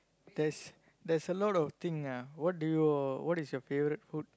there's there's a lot of thing ah what do you what is your favourite food